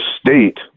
state